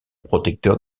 protecteurs